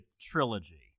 trilogy